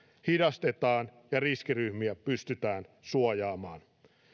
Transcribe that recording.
hidastetaan ja riskiryhmiä pystytään suojaamaan